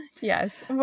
Yes